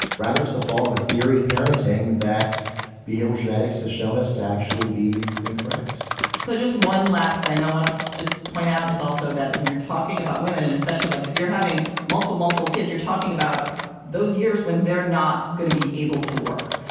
rather, it's the fault of a theory of parenting that behavior genetics has shown us to actually be incorrect so just one last thing i want to just point out is also that when you're talking about women and especially like if you're having multiple, multiple kids, you're talking about those years when they're not gonna be able to work.